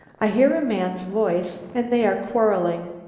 i hear a man's voice and they are quarrelling.